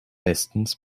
bestens